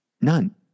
None